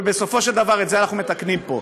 ובסופו של דבר את זה אנחנו מתקנים פה.